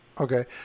Okay